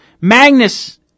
Magnus